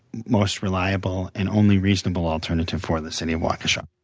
most reliable and only reasonable alternative for the city of waukesha.